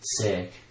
Sick